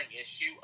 issue